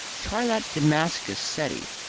try that damascus settee,